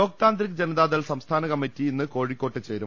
ലോക് താന്ത്രിക് ജനതാദൾ സംസ്ഥാനകമ്മിറ്റി ഇന്ന് കോഴിക്കോട്ട് ചേരും